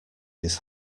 his